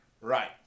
Right